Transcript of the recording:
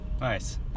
Nice